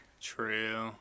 True